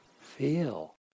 feel